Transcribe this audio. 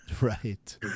Right